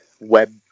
web